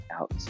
out